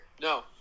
No